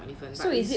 so is it